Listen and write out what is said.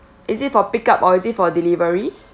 is it for pick up or is it for delivery